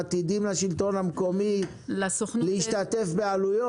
הדבר הכי חמור לממשלה זה להצליח במשהו ולא לחזור עליו.